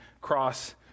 cross